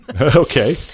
Okay